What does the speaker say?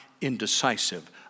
indecisive